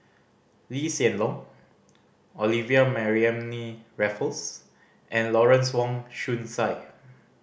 Lee Hsien Loong Olivia Mariamne Raffles and Lawrence Wong Shyun Tsai